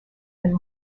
and